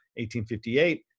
1858